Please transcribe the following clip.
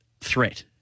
threat